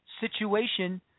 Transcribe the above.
situation